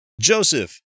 Joseph